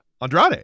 Andrade